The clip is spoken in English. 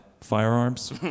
firearms